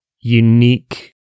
unique